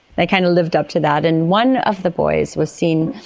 they kind of lived up to that, and one of the boys was seen.